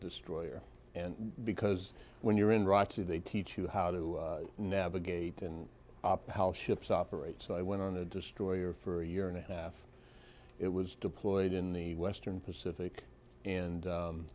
destroyer and because when you're in rajiv they teach you how to navigate and ships operate so i went on a destroyer for a year and a half it was deployed in the western pacific and